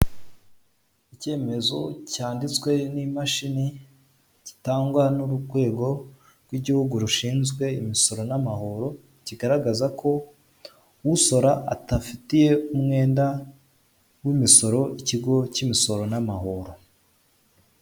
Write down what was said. Icyemezo cyanditswe n'imashini gitangwa n'urwego rw'Igihugu rushinzwe imisoro n'amahoro, kigaragaza ko usora adafitiye umwenda w'imisoro ikigo cy'imisoro n'amahoro.